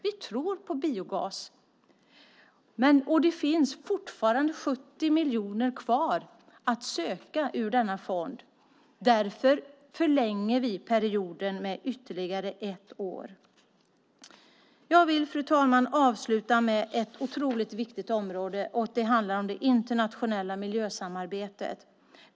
Vi tror på biogas, och det finns fortfarande 70 miljoner kvar att söka ur denna fond. Därför förlänger vi perioden med ytterligare ett år. Jag vill, fru ålderspresident, avsluta med ett otroligt viktigt område. Det handlar om det internationella miljösamarbetet.